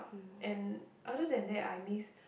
and other than that I miss